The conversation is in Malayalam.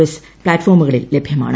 എസ് ഫ്ളാറ്റ് ഫോമുകളിൽ ലഭ്യമാണ്